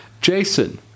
Jason